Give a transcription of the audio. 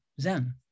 Zen